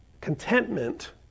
contentment